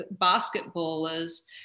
basketballers